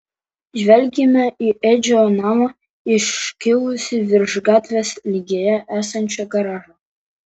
žvelgėme į edžio namą iškilusį virš gatvės lygyje esančio garažo